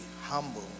humble